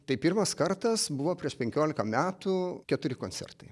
tai pirmas kartas buvo prieš penkiolika metų keturi koncertai